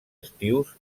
estius